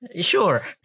Sure